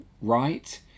right